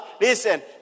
Listen